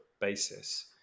basis